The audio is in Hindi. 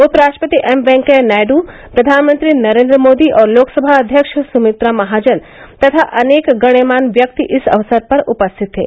उपराष्ट्रपति एम वेंकैया नायडु प्रधानमंत्री नरेन्द्र मोदी और लोकसभा अव्यक्ष सुमित्रा महाजन तथा अनेक गण्यमान्य व्यक्ति इस अवसर पर उपस्थित थे